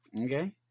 Okay